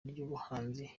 ry’ubuhanzi